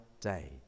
day